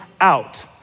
out